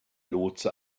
lotse